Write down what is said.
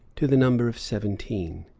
to the number of seventeen.